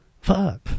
fuck